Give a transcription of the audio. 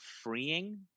freeing